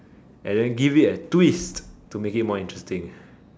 and then give it a twist to make it more interesting